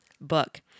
book